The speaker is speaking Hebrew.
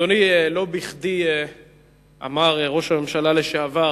אדוני, לא בכדי אמר ראש הממשלה לשעבר